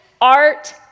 art